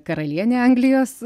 karalienė anglijos